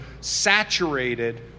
saturated